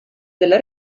della